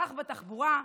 כך בתחבורה,